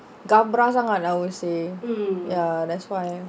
gabra sangat lah I will say ya that's why